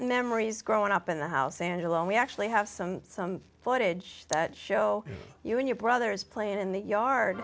memories growing up in the house and alone we actually have some some footage that show you and your brothers playing in the yard